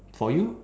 for you